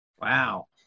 Wow